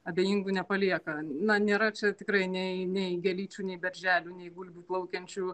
abejingų nepalieka na nėra čia tikrai nei nei gėlyčių nei berželių nei gulbių plaukiančių